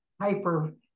hyper